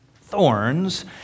thorns